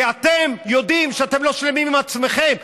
כי אתם יודעים שאתם לא שלמים עם עצמכם,